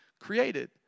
created